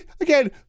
Again